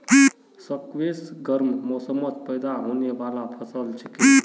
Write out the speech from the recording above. squash गर्म मौसमत पैदा होने बाला फसल छिके